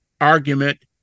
argument